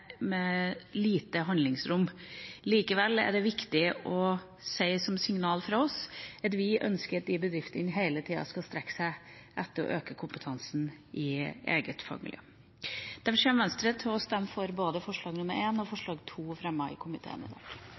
lite handlingsrom. Likevel er det viktig å si som signal fra oss at vi ønsker at de bedriftene hele tida skal strekke seg etter å øke kompetansen i eget fagmiljø. Derfor kommer Venstre til å stemme for både forslag nr.1 og forslag